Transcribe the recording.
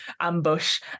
ambush